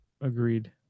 Agreed